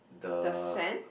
the